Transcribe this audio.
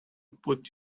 put